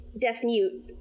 deaf-mute